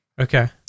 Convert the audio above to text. Okay